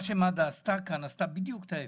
מד"א עשתה כאן בדיוק ההפך.